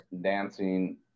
dancing